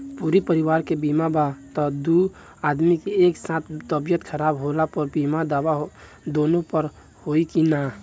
पूरा परिवार के बीमा बा त दु आदमी के एक साथ तबीयत खराब होला पर बीमा दावा दोनों पर होई की न?